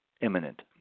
imminent